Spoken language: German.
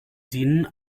dienen